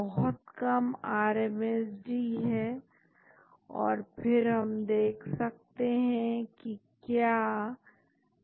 तो आप एक लिंकर लेते हैं जो उनको रखता है लिंकर के बारे में महत्वपूर्ण बात यह है कि लिंकर उनको बिना ज्यादा स्ट्रेन एनर्जी को लागू करते हुए समान ओरियंटेशन में बनाए रखता है